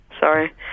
Sorry